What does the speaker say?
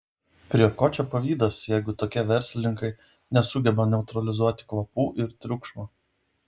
prie ko čia pavydas jeigu tokie verslininkai nesugeba neutralizuoti kvapų ir triukšmo